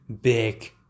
big